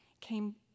came